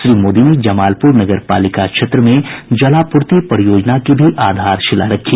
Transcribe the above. श्री मोदी ने जमालपुर नगरपालिका क्षेत्र में जलापूर्ति परियोजना की भी आधारशिला रखी